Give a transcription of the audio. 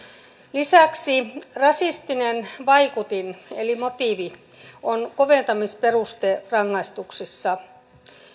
lisäksi rasistinen vaikutin eli motiivi on koventamisperuste rangaistuksissa